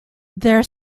their